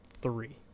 three